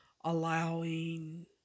Allowing